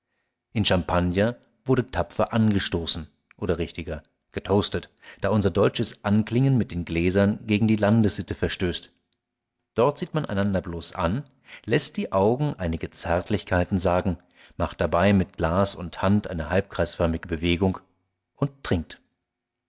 in champagner wurde tapfer angestoßen oder richtiger getoastet da unser deutsches anklingen mit den gläsern gegen die landessitte verstößt dort sieht man einander bloß an läßt die augen einige zärtlichkeiten sagen macht dabei mit glas und hand eine halbkreisförmige bewegung und trinkt